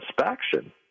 inspection